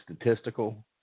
statistical